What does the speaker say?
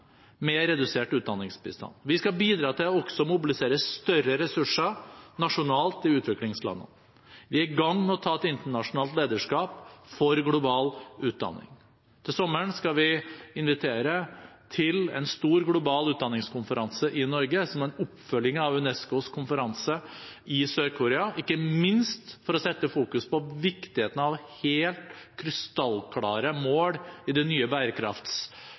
redusert utdanningsbistand. Vi skal bidra til at det også mobiliseres større ressurser nasjonalt i utviklingslandene. Vi er i gang med å ta et internasjonalt lederskap for global utdanning. Til sommeren skal vi invitere til en stor global utdanningskonferanse i Norge som en oppfølging av UNESCOs konferanse i Sør-Korea, ikke minst for å fokusere på viktigheten av helt krystallklare mål i de nye